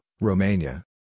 Romania